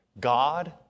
God